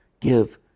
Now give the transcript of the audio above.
give